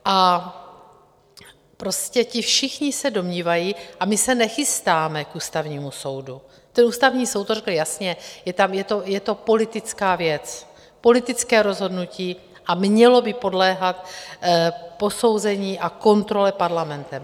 A ti všichni se domnívají a my se nechystáme k Ústavnímu soudu, Ústavní soud to řekl jasně, je to politická věc, politické rozhodnutí a mělo by podléhat posouzení a kontrole Parlamentem.